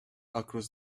across